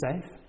safe